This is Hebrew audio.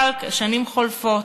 אבל השנים חולפות.